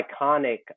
iconic